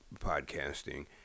podcasting